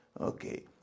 Okay